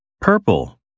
Purple